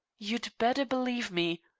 you'd better believe me.